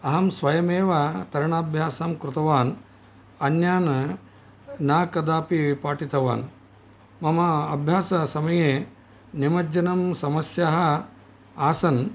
अहं स्वयमेव तरणाभ्यासां कृतवान् अन्यान् न कदापि पाठितवान् मम अभ्याससमये निमज्जनं समस्यः आसन्